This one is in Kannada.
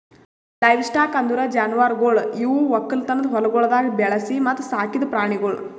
ಲೈವ್ಸ್ಟಾಕ್ ಅಂದುರ್ ಜಾನುವಾರುಗೊಳ್ ಇವು ಒಕ್ಕಲತನದ ಹೊಲಗೊಳ್ದಾಗ್ ಬೆಳಿಸಿ ಮತ್ತ ಸಾಕಿದ್ ಪ್ರಾಣಿಗೊಳ್